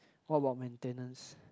what about maintenance